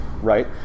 right